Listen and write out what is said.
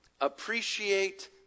appreciate